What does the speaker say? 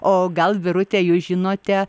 o gal birute jūs žinote